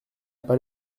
pas